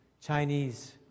Chinese